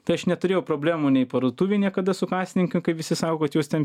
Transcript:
tai aš neturėjau problemų nei parduotuvėj niekada su kasininkėm kai visi sako kad jos ten